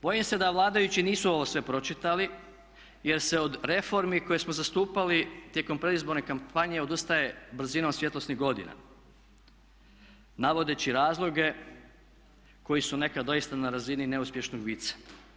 Bojim se da vladajući nisu ovo sve pročitali jer se od reformi koje smo zastupali tijekom predizborne kampanje odustaje brzinom svjetlosnih godina navodeći razloge koji su nekad doista na razini neuspješnog vica.